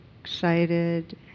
excited